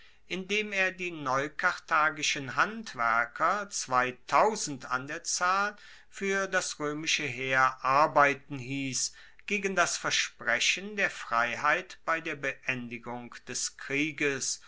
indem er die neukarthagischen handwerker zweitausend an der zahl fuer das roemische heer arbeiten hiess gegen das versprechen der freiheit bei der beendigung des krieges